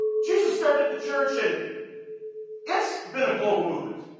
jesus started the church and it's been a global movement.